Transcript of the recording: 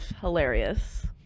hilarious